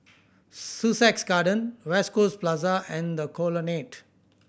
Sussex Garden West Coast Plaza and The Colonnade